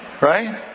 Right